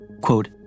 quote